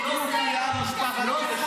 רואים מה אכפת לכם ומה לא אכפת לכם.